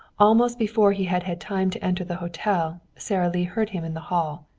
almost before he had had time to enter the hotel sara lee heard him in the hall,